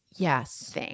Yes